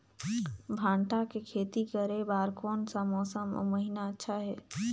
भांटा के खेती करे बार कोन सा मौसम अउ महीना अच्छा हे?